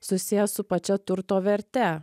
susijęs su pačia turto verte